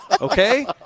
Okay